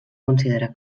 considerar